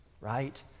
right